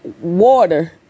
water